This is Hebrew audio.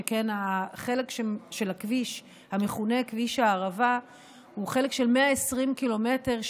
שכן החלק של הכביש המכונה כביש הערבה הוא חלק של 120 ק"מ,